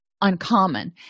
uncommon